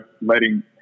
letting